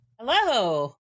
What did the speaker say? Hello